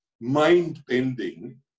mind-bending